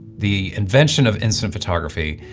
the invention of instant photography,